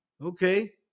Okay